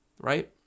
right